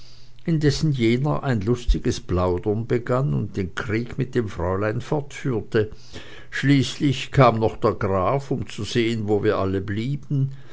indessen jener ein lustiges plaudern begann und den krieg mit dem fräulein fortführte schließlich kam noch der graf um zu sehen wo wir alle blieben